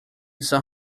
san